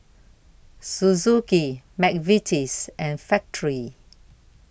Suzuki Mcvitie's and Factorie